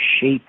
shape